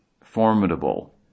formidable